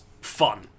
fun